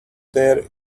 there